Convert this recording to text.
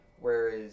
whereas